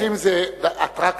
סוסים זאת אטרקציה.